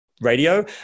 radio